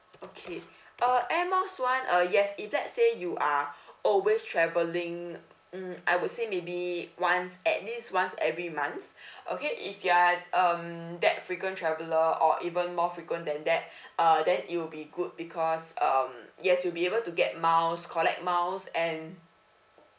okay uh air miles [one] uh yes if let's say you are always travelling mm I would say maybe once at least once every month okay if you are um that frequent traveller or even more frequent than that uh then it will be good because um yes you'll be able to get miles collect miles and